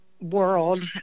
world